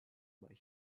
but